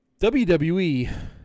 WWE